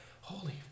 Holy